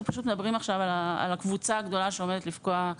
אנחנו מדברים עכשיו על הקבוצה הגדולה שתוקף התעודות שלהן עומד לפקוע.